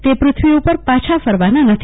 તે પૃથ્વી ઉપર પાછા ફરવાના નથી